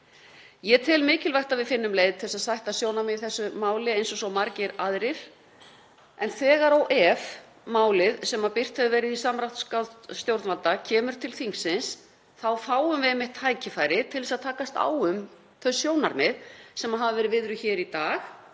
Ég tel mikilvægt að við finnum leið til að sætta sjónarmið í þessu máli eins og svo margir aðrir. En þegar og ef málið sem birt hefur verið í samráðsgátt stjórnvalda kemur til þingsins þá fáum við einmitt tækifæri til að takast á um þau sjónarmið sem hafa verið viðruð hér í dag